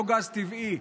לא גז טבעי,